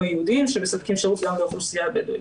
היהודיים שמספקים שירות גם לאוכלוסייה הבדואית.